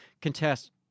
contest